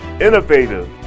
innovative